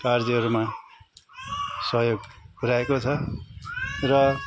कार्यहरूमा सहयोग पुऱ्याएको छ र